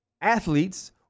athletes